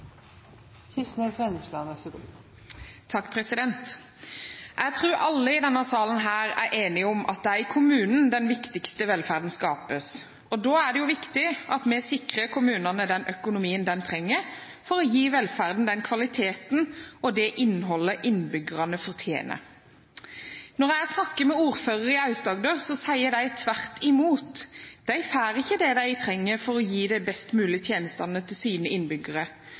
enige om at det er i kommunen den viktigste velferden skapes. Da er det viktig at vi sikrer kommunene den økonomien de trenger for å gi velferden den kvaliteten og det innholdet innbyggerne fortjener. Når jeg snakker med ordførere i Aust-Agder, sier de: Tvert imot. De får ikke det de trenger for å gi de best mulige tjenestene til sine innbyggere.